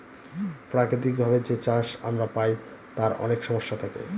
প্রাকৃতিক ভাবে যে চাষ আমরা পায় তার অনেক সমস্যা থাকে